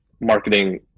marketing